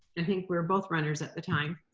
i think we were both runners at the time.